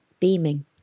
beaming